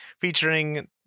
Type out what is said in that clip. featuring